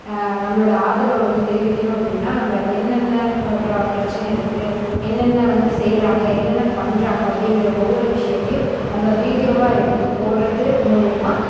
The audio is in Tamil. நம்மளோட ஆதரவை வந்து தெரிவிக்கணும் அப்படீன்னா நம்ம என்னென்ன பிரச்சனை இருக்குது என்னென்ன வந்து செய்யுறாங்க என்னென்ன பண்ணுறாங்க அப்படீங்கிற ஒவ்வொரு விஷயத்தையும் நம்ப வீடியோவை எடுத்து போடுறது மூலியமாக